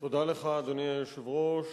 אדוני היושב-ראש,